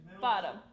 Bottom